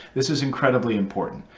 this is incredibly important.